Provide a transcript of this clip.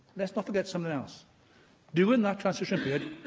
let's not forget something else during that transition period,